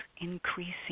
increasing